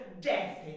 death